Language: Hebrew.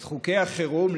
את חוקי החירום,